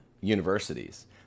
universities